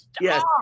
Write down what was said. Yes